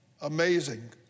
Amazing